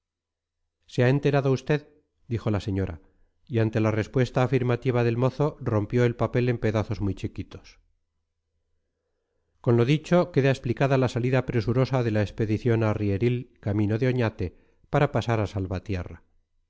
se ha enterado usted dijo la señora y ante la respuesta afirmativa del mozo rompió el papel en pedazos muy chiquitos con lo dicho queda explicada la salida presurosa de la expedición arrieril camino de oñate para pasar a salvatierra